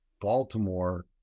Baltimore